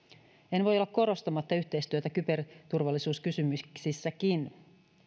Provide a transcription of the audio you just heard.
en voi olla korostamatta yhteistyötä kyberturvallisuuskysymyksissäkin